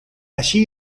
allí